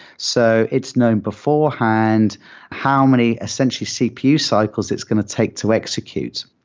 so it's known beforehand how many essentially cpu cycles it's going to take to execute.